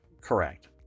correct